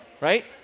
right